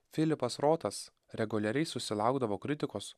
filipas rotas reguliariai susilaukdavo kritikos